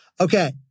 Okay